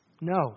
No